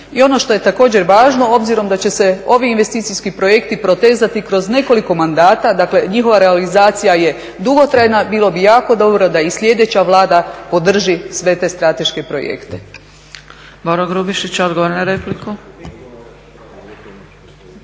I ono što je također važno, obzirom da će se ovi investicijski projekti protezati kroz nekoliko mandata dakle njihova realizacija je dugotrajna bilo bi jako dobro da i sljedeća vlada podrži sve te strateške projekte.